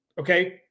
Okay